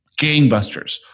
gangbusters